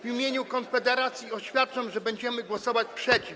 W imieniu Konfederacji oświadczam, że będziemy głosować przeciw.